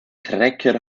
trecker